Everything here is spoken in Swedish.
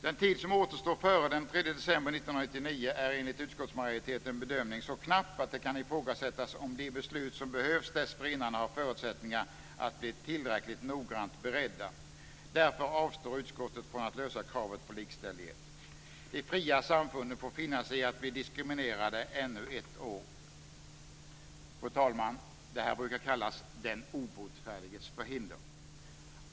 Den tid som återstår före den 3 december 1999 är enligt utskottsmajoritetens bedömning så knapp att det kan ifrågasättas om de beslut som behövs dessförinnan har förutsättningar att bli tillräckligt noggrant beredda. Därför avstår utskottet från att lösa kravet på likställighet. De fria samfunden får finna sig i att bli diskriminerade ännu ett år. Det här brukar kallas den obotfärdiges förhinder.